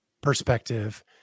perspective